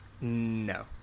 No